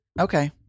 okay